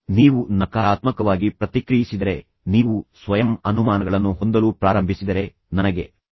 ನೀವು ನಕಾರಾತ್ಮಕವಾಗಿ ಪ್ರತಿಕ್ರಿಯಿಸಿದರೆ ನೀವು ಸ್ವಯಂ ಅನುಮಾನಗಳನ್ನು ಹೊಂದಲು ಪ್ರಾರಂಭಿಸಿದರೆ ನನಗೆ ಇದನ್ನು ಮಾಡಲು ಸಾಧ್ಯವಾಗುತ್ತದೆಯೇ